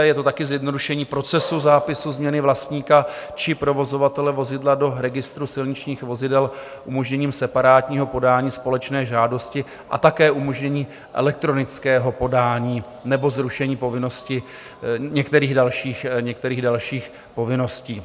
Je to také zjednodušení procesu zápisu změny vlastníka či provozovatele vozidla do registru silničních vozidel umožněním separátního podání společné žádosti a také umožnění elektronického podání nebo zrušení povinnosti některých dalších povinností.